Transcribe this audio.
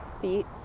feet